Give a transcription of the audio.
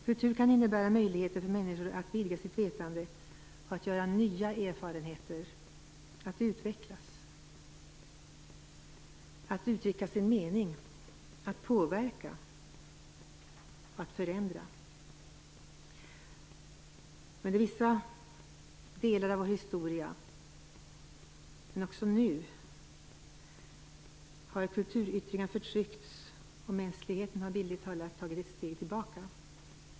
Kultur kan innebära möjligheter för människor att vidga sitt vetande, att göra nya erfarenheter, att utvecklas, att uttrycka sin mening, att påverka och att förändra. Under vissa delar av vår historia, men också nu, har kulturyttringar förtryckts och mänskligheten bildligt sett tagit ett steg tillbaka.